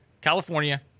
California